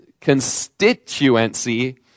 constituency